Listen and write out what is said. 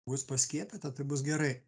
bus paskiepyta taip bus gerai